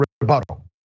rebuttal